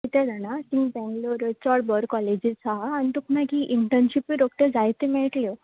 कित्या जाणां तिंगा बेंगलौर चड बरी कॉलेजीस आसा आनी तुका इंटनशीपय रोकडी जायत्यो मेळटल्यो